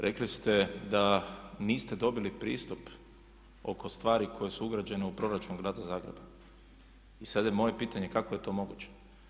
Rekli ste da niste dobili pristup oko stvari koje su ugrađene u Proračun grada Zagreba, i sad je moje pitanje, kako je to moguće.